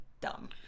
dumb